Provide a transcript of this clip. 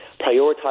prioritize